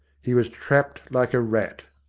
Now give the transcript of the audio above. he was trapped like a rat.